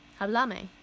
Hablame